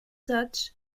such